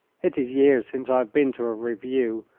it is years since i have been to a review,